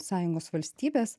sąjungos valstybės